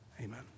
Amen